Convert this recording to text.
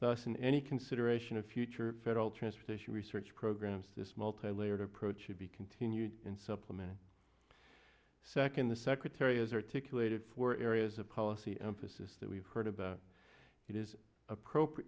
thus in any consideration of future federal transportation research programs this multilayered approach should be continued in supplemental second the secretary as articulated for areas of policy emphasis that we've heard about it is appropriate